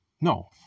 No